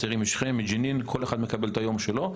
אסירים משכם וג'נין וכל אחד מקבל את היום שלי.